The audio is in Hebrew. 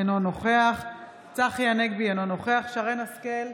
אינו נוכח צחי הנגבי, אינו נוכח שרן מרים השכל,